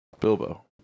Bilbo